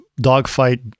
dogfight